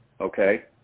okay